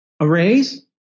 arrays